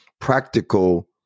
practical